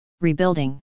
rebuilding